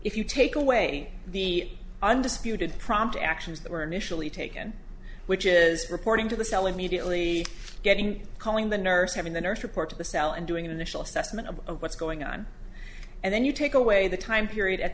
you take away the the undisputed prompt actions that were initially taken which is reporting to the cell immediately getting calling the nurse having the nurse report to the cell and doing an initial assessment of what's going on and then you take away the time period at